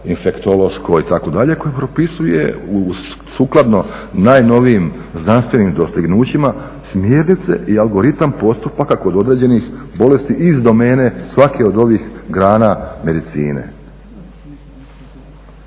infektološko itd. koje propisuje sukladno najnovijim znanstvenim dostignućima smjernice i algoritam postupaka kod određenih bolesti iz domene svake od ovih grana medicine.